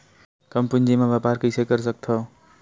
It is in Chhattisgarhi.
कम पूंजी म व्यापार कइसे कर सकत हव?